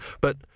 But